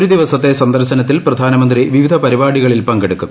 ഒരു ദിവസത്തെ സന്ദർശനത്തിൽ പ്രധാനമന്ത്രി വിവിധ പരിപാടികളിൽ പങ്കെടുക്കും